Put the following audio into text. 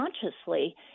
consciously